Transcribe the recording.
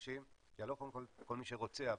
קודם כל יעלה כל מי שרוצה,